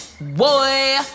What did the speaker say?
Boy